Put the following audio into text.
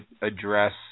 address